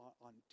on